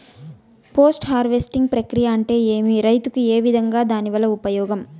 Post harvesting ప్రక్రియ అంటే ఏమి? రైతుకు ఏ విధంగా దాని వల్ల ఉపయోగం?